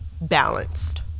balanced